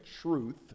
truth